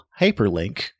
hyperlink